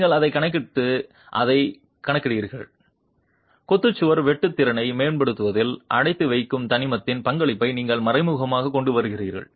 நீங்கள் அதைக் கணக்கிட்டு அதைக் கணக்கிடுகிறீர்கள் கொத்து சுவரின் வெட்டு திறனை மேம்படுத்துவதில் அடைத்து வைக்கும் தனிமத்தின் பங்களிப்பை நீங்கள் மறைமுகமாகக் கொண்டு வருகிறீர்கள்